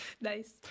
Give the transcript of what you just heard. nice